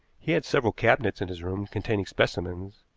he had several cabinets in his room containing specimens,